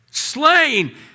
slain